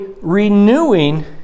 renewing